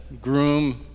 groom